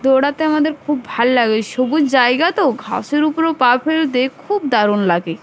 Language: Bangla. দৌড়াতে আমাদের খুব ভাল লাগে সবুজ জায়গা তো ঘাসের উপরেও পা ফেলতে খুব দারুণ লাগে